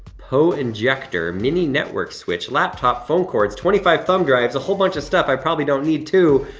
poe injector mini network switch, laptop, phone cords, twenty five thumb drives a whole bunch of stuff i probably don't need too,